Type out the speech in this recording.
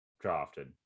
drafted